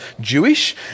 Jewish